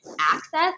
access